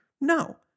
no